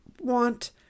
want